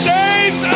days